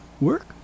work